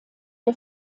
der